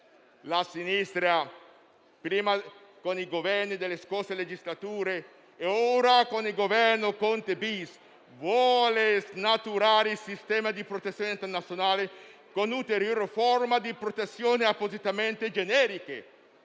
La sinistra, prima con i Governi delle scorse legislature e ora con il Governo Conte *bis*, vuole snaturare il sistema di protezione internazionale con ulteriori forme di protezione appositamente generiche